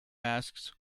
masks